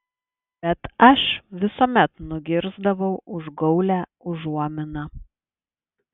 bet aš visuomet nugirsdavau užgaulią užuominą